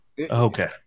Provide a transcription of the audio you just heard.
Okay